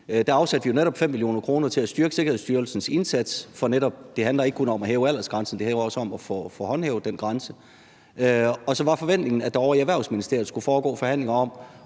afsatte vi jo netop 5 mio. kr. til at styrke Sikkerhedsstyrelsens indsats. For det handler netop ikke kun om at hæve aldersgrænsen, det handler også om at få håndhævet den grænse. Så var forventningen, at der ovre i Erhvervsministeriet skulle foregå forhandlinger om